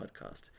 podcast